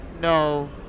No